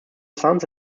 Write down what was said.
sons